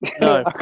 No